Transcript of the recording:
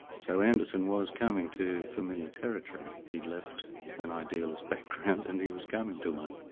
so anderson was coming to familiar territory. he'd left an idealist background and he was coming to one.